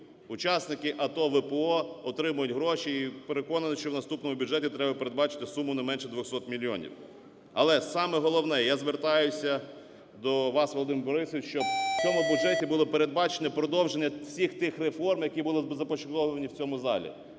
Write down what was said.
Учасники АТО, ВПО отримують гроші, і, переконаний, що в наступному бюджеті треба передбачити суму не менше 200 мільйонів. Але, саме головне, я звертаюся до вас, Володимире Борисовичу, щоб у цьому бюджеті було передбачено продовження всіх тих реформ, які були започатковані в цьому залі.